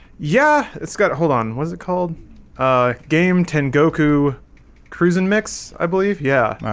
yeah, it's got a hold on was it called ah game tengoku cruisin mix i believe yeah,